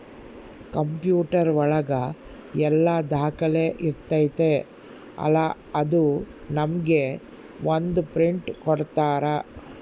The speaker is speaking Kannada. ಕಂಪ್ಯೂಟರ್ ಒಳಗ ಎಲ್ಲ ದಾಖಲೆ ಇರ್ತೈತಿ ಅಲಾ ಅದು ನಮ್ಗೆ ಒಂದ್ ಪ್ರಿಂಟ್ ಕೊಡ್ತಾರ